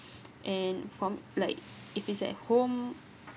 and from like if it's at home